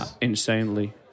insanely